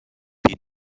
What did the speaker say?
die